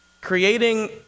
creating